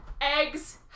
Eggs